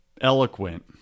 eloquent